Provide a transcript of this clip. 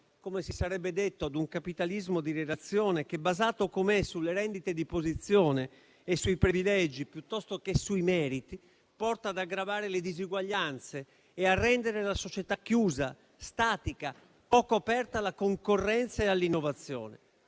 come si sarebbe detto - a un capitalismo di relazione, che, basato come è sulle rendite di posizione e sui privilegi piuttosto che sui meriti, porta ad aggravare le disuguaglianze e a rendere la società chiusa, statica, poco aperta alla concorrenza e all'innovazione.